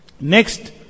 Next